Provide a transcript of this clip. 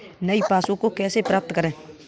नई पासबुक को कैसे प्राप्त करें?